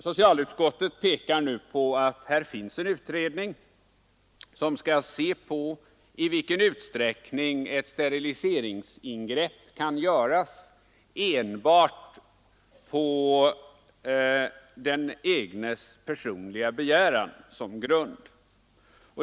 Socialutskottet pekar nu på att det pågår en utredning som skall undersöka i vilken utsträckning ett steriliseringsingrepp kan göras enbart på grundval av den enskildes egen begäran.